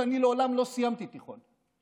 אני מעולם לא סיימתי תיכון.